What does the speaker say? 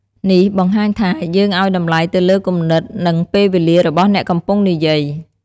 នេះបានបង្ហាញថា យើងឲ្យតម្លៃទៅលើគំនិត និងពេលវេលារបស់អ្នកកំពុងនិយាយ។